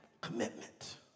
Commitment